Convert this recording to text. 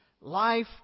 Life